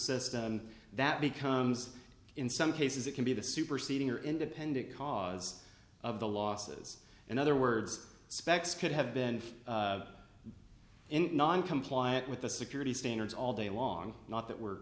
system that becomes in some cases it can be the superseding or independent cause of the losses in other words the specs could have been in non compliant with the security standards all day long not that we're